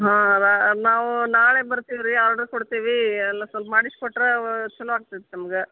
ಹ್ಞೂ ಅದು ನಾವು ನಾಳೆ ಬರ್ತೀವಿ ರಿ ಆರ್ಡರ್ ಕೊಡ್ತೀವಿ ಎಲ್ಲ ಸ್ವಲ್ಪ ಮಾಡಿಸಿ ಕೊಟ್ಟರೆ ಚಲೋ ಆಗ್ತಿತ್ತು ನಮ್ಗೆ